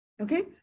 Okay